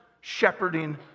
shepherding